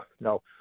no